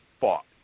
fought